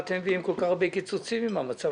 אתם מביאים כל כך הרבה קיצוצים אם המצב כל כך טוב?